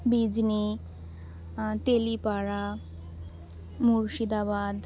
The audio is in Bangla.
বিজনি তেলিপাড়া মুর্শিদাবাদ